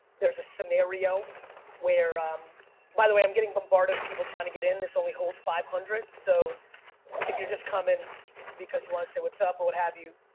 there's a scenario where. um by the way, i'm getting bombarded of people trying to get in this only holds five hundred so if you're just coming because you wanna say what's up or what have you,